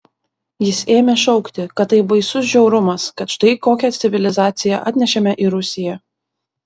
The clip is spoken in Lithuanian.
jis ėmė šaukti kad tai baisus žiaurumas kad štai kokią civilizaciją atnešėme į rusiją